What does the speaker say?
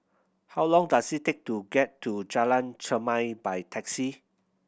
how long does it take to get to Jalan Chermai by taxi